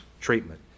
treatment